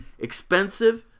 expensive